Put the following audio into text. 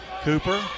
Cooper